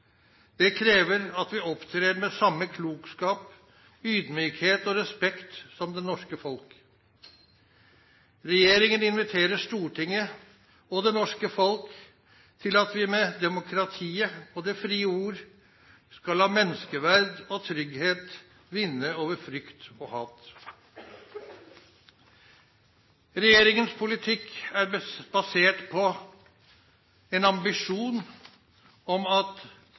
Det krever at vi opptrer med samme klokskap, ydmykhet og respekt som det norske folk. Regjeringen inviterer Stortinget og det norske folk til at vi med demokratiet og det frie ord skal la menneskeverd og trygghet vinne over frykt og hat. Regjeringens politikk er basert på en ambisjon om at